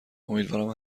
امیدوارم